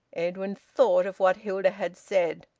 edwin thought of what hilda had said.